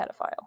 pedophile